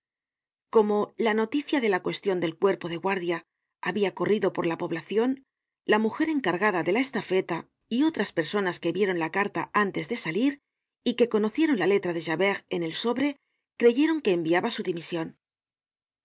como la noticia de la cuestion del cuerpo de guardia habia corrido por la poblacion la mujer encargada de la estafeta y otras personas que vieron la carta antes de salir y que conocieron la letra de javert en el sobre creyeron que enviaba su dimision